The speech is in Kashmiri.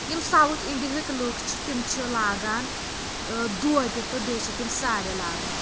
یِم ساوُتھ اِنڈیہٕکۍ لُکھ چھِ تِم چھِ لاگان دوتہِ تہٕ بیٚیہِ چھِ تِم ساڑِ لاگان